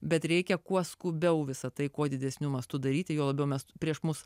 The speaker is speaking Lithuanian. bet reikia kuo skubiau visa tai kuo didesniu mastu daryti juo labiau mesti prieš mus